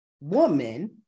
woman